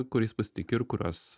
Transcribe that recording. kuriais pasitiki ir kuriuos